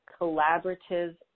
collaborative